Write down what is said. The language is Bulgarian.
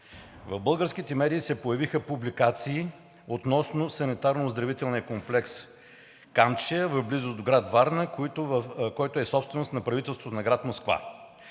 в българските медии се появиха публикации относно Санаторно-оздравителния комплекс „Камчия“, в близост до град Варна, който е собственост на правителството на град Москва.